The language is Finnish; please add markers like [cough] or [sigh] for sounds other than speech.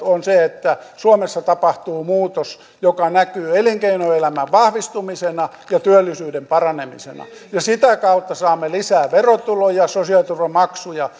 [unintelligible] on se että suomessa tapahtuu muutos joka näkyy elinkeinoelämän vahvistumisena ja työllisyyden paranemisena ja sitä kautta saamme lisää verotuloja ja sosiaaliturvamaksuja [unintelligible]